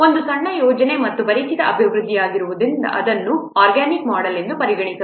ಒಂದು ಸಣ್ಣ ಯೋಜನೆ ಮತ್ತು ಪರಿಚಿತ ಅಭಿವೃದ್ಧಿಯಾಗಿರುವುದರಿಂದ ಇದನ್ನು ಆರ್ಗಾನಿಕ್ ಮೊಡೆಲ್ ಎಂದು ಪರಿಗಣಿಸಬಹುದು